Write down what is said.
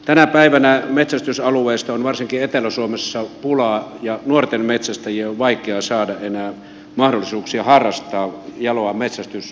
tänä päivänä metsästysalueista on varsinkin etelä suomessa pulaa ja nuorten metsästäjien on vaikea saada enää mahdollisuuksia harrastaa jaloa metsästysharrastusta